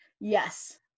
Yes